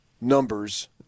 numbers